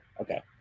Okay